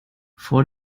vor